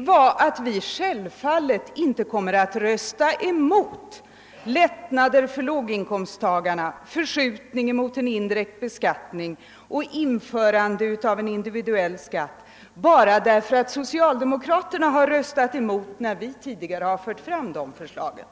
var, att vi självfallet inte kommer att rösta emot lättnader för låginkomsttagarna, förskjutning mot en indirekt beskattning och införande av en individuell skatt, bara därför att socialdemokraterna har röstat emot när vi tidigare har fört fram de förslagen.